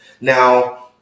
Now